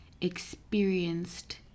experienced